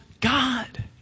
God